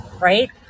right